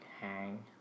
hang